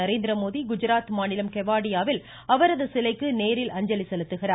நரேந்திரமோடி குஜராத் மாநிலம் கேவாடியாவில் அவரது சிலைக்கு நேரில் அஞ்சலி செலுத்துகிறார்